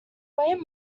weighed